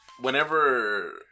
whenever